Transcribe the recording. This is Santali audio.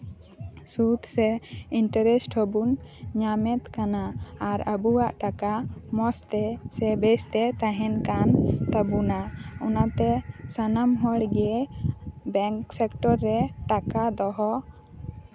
ᱥᱩᱫ ᱥᱮ ᱤᱱᱴᱟᱨᱥᱴ ᱦᱚᱸᱵᱚᱱ ᱧᱟᱢᱮᱫ ᱠᱟᱱᱟ ᱟᱨ ᱟᱵᱚᱣᱟᱜ ᱴᱟᱠᱟ ᱢᱚᱡᱽᱛᱮ ᱥᱮ ᱵᱮᱥᱛᱮ ᱛᱟᱦᱮᱱ ᱠᱟᱱ ᱛᱟᱵᱳᱱᱟ ᱚᱱᱟᱛᱮ ᱥᱟᱱᱟᱢ ᱦᱚᱲᱜᱮ ᱵᱮᱝᱠ ᱥᱮᱠᱴᱚᱨ ᱨᱮ ᱴᱟᱠᱟ ᱫᱚᱦᱚ